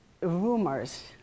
rumors